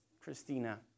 Christina